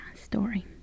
story